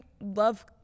love